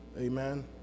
Amen